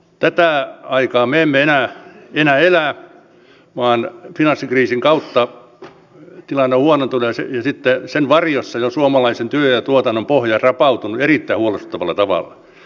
tätä aikaa me emme enää elä vaan finanssikriisin kautta tilanne on huonontunut ja sitten sen varjossa jo suomalaisen työn ja tuotannon pohja rapautunut erittäin huolestuttavalla tavalla